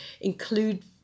include